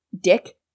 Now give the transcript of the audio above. Dick